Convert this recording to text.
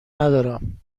ندارم